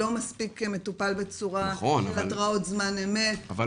לא מספיק מטופל בצורה של התרעות זמן אמת,